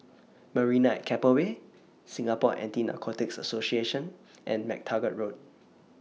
Marina At Keppel Bay Singapore Anti Narcotics Association and MacTaggart Road